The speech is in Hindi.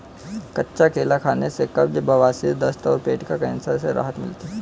कच्चा केला खाने से कब्ज, बवासीर, दस्त और पेट का कैंसर से राहत मिलता है